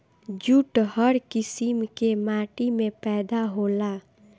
jute हर किसिम के माटी में पैदा होला